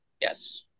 Yes